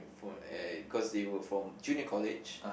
for uh cause they were from junior college